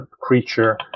creature